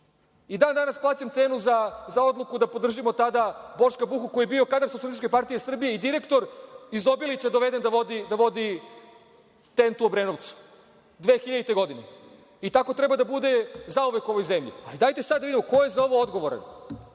I dan-danas plaćam cenu za odluku da podržimo tada Boška Buhu koji je bio kadar SPS-a i direktor iz Obilića, doveden da vodi TENT u Obrenovcu 2000. godine. Tako treba da bude zauvek u ovoj zemlji. Ali dajte sada da vidimo ko je za ovo odgovoran. Podržaću